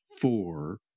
four